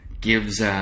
gives